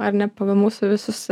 ar ne pagal mūsų visus